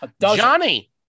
Johnny